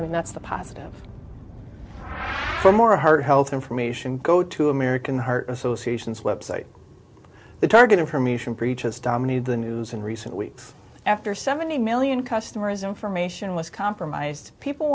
mean that's the positive for more of her health information go to american heart association's website the target information preaches dominated the news in recent weeks after seventy million customers information was compromised people